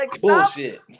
Bullshit